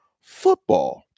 football